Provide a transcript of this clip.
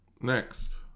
next